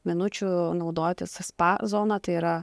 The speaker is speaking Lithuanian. minučių naudotis spa zona tai yra